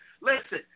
Listen